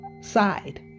side